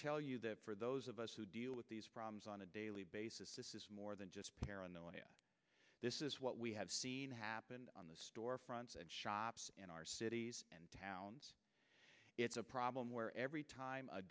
tell you that for those of us who deal with these problems on a daily basis this is more than just paranoia this is what we have seen happen on the storefronts and shops in our cities and towns it's a problem where every time a